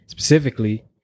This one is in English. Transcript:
Specifically